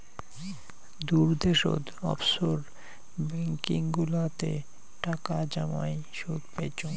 দূর দ্যাশোত offshore banking গুলাতে টাকা জমাই সুদ পাইচুঙ